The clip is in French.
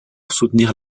soutenir